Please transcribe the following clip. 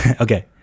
Okay